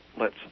lets